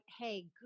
hey